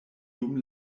dum